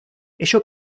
ello